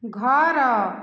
ଘର